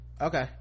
okay